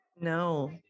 no